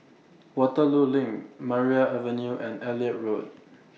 Waterloo LINK Maria Avenue and Elliot Road